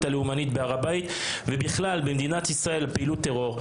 הלאומנית בהר הבית ובכלל במדינת ישראל פעילות טרור.